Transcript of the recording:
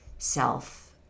self